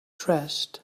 dressed